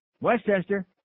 Westchester